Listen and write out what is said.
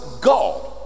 God